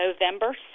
November